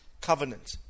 covenant